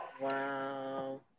Wow